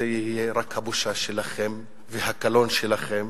זאת תהיה רק הבושה שלכם והקלון שלכם